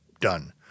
done